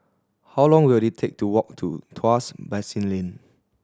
how long will it take to walk to Tuas Basin Lane